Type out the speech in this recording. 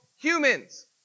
humans